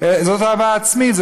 זאת אהבה עצמית,